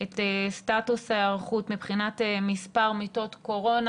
את סטטוס ההיערכות מבחינת מספר מיטות קורונה,